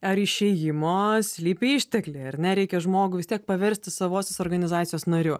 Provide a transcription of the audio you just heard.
ar išėjimo slypi ištekliai ar ne reikia žmogų vis tiek paversti savosios organizacijos nariu